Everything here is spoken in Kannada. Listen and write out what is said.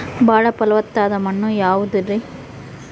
ಬಾಳ ಫಲವತ್ತಾದ ಮಣ್ಣು ಯಾವುದರಿ?